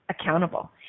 accountable